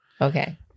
Okay